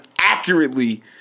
accurately